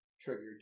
triggered